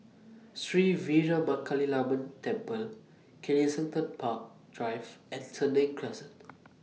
Sri Veeramakaliamman Temple Kensington Park Drive and Senang Crescent